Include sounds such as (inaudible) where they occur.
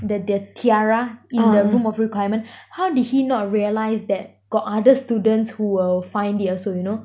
the the tiara in the room of requirement (breath) how did he not realise that got other students who will find it also you know